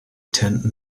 tend